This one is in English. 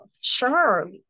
sure